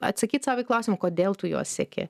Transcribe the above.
atsakyt sau į klausimą kodėl tu juos seki